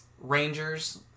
rangers